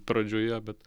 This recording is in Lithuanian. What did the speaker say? pradžioje bet